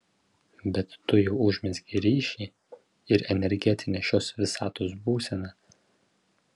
bet tu jau užmezgei ryšį ir energetinė šios visatos būsena